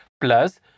plus